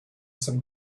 some